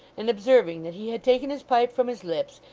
and, observing that he had taken his pipe from his lips,